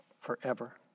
forever